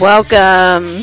Welcome